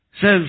Says